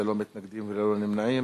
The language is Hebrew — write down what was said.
ללא מתנגדים וללא נמנעים,